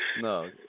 No